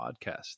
podcast